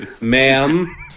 Ma'am